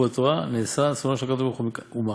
בתורה נעשה שונאו של הקדוש-ברוך-הוא מך,